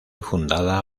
fundada